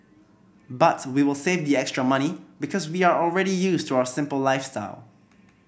but we will save the extra money because we are already used to our simple lifestyle